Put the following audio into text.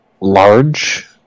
large